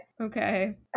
Okay